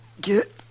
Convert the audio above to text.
get